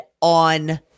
on